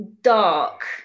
dark